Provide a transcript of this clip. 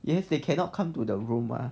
yes they cannot come to the room mah